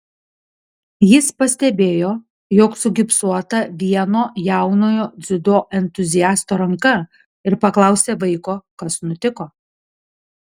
jis pastebėjo jog sugipsuota vieno jaunojo dziudo entuziasto ranka ir paklausė vaiko kas nutiko